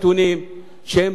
מי שרוצה לפתור בעיה,